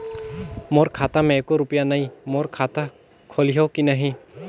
मोर खाता मे एको रुपिया नइ, मोर खाता खोलिहो की नहीं?